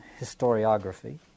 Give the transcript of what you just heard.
historiography